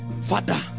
father